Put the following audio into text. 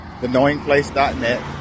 Theknowingplace.net